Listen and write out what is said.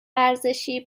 ورزشی